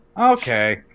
okay